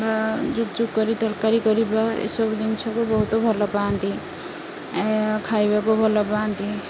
କରି ତରକାରୀ କରିବା ଏସବୁ ଜିନିଷକୁ ବହୁତ ଭଲ ପାଆନ୍ତି ଖାଇବାକୁ ଭଲ ପାଆନ୍ତି